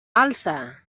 alça